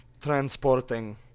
transporting